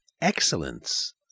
excellence